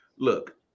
Look